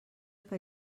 que